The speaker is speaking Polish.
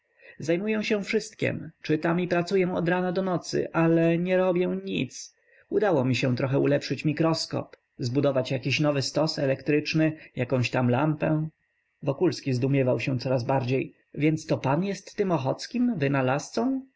zajmuję się wszystkiem czytam i pracuję od rana do nocy ale nie robię nic udało mi się trochę ulepszyć mikroskop zbudować jakiś nowy stos elektryczny jakąś tam lampę wokulski zdumiewał się coraz więcej więc to pan jest tym ochockim wynalazcą